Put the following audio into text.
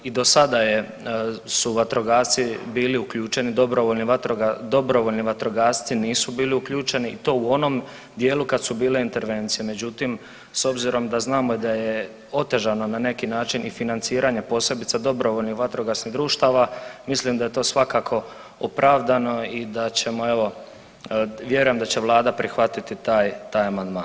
I do sada su vatrogasci bili uključeni, dobrovoljni vatrogasci nisu bili uključeni i to u onom dijelu kad su bile intervencije, međutim s obzirom da znamo da je otežano na neki način i financiranje posebice dobrovoljnih vatrogasnih društava, mislim da je to svakako opravdano i vjerujem da će Vlada prihvatiti taj amandman.